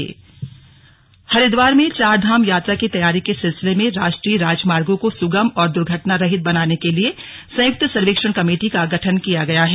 slug Char Dham Haridwar Haridwar में चारधाम यात्रा की तैयारी के सिलसिले में राष्ट्रीय राजमार्गो को सुगम और दुर्घटनारहित बनाने के लिए संयुक्त सर्वेक्षण कमेटी का गठन किया गया है